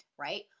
right